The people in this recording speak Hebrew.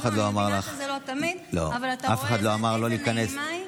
אני מבינה שזה לא תמיד אבל אתה רואה איזו נעימה היא.